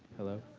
hello.